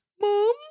mom